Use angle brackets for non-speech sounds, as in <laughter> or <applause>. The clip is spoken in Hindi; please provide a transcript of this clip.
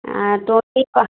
हाँ तो <unintelligible>